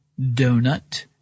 donut